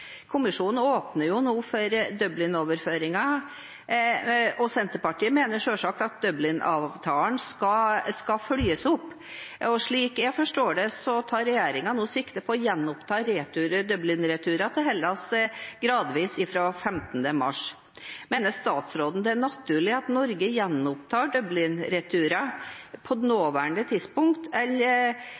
Kommisjonen åpner jo nå for Dublin-overføringer, og Senterpartiet mener selvsagt at Dublin-avtalen skal følges opp. Slik jeg forstår det, tar regjeringen nå sikte på å gjenoppta Dublin-returer til Hellas gradvis fra 15. mars. Mener statsråden det er naturlig at Norge gjenopptar Dublin-returer på det nåværende tidspunkt, eller